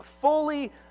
fully